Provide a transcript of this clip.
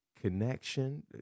Connection